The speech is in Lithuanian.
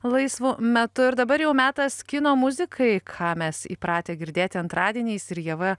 laisvu metu ir dabar jau metas kino muzikai ką mes įpratę girdėti antradieniais ir ieva